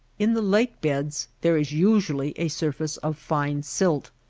in the lake-beds there is usually a surface of fine silt.